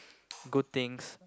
good things